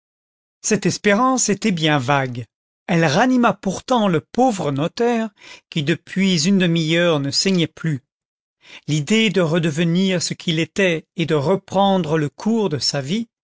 cette espérance était bien vague elle ranima pourtant le pauvre notaire qui depuis une demi-heure ne saignait plus l'idée de redevenir ce qu'il était et de reprendre le cours de sa vie